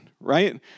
right